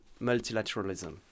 multilateralism